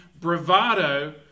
bravado